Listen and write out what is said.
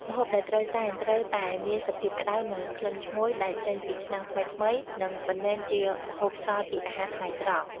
ម្ហូបដែលត្រូវសែនត្រូវតែមានសភាពក្តៅ និងក្លិនឈ្ងុយដែលចេញពីឆ្នាំងថ្មីៗ និងមិនមែនជាម្ហូបសល់ពីអាហារថ្ងៃត្រង់។